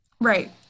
Right